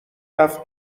رفت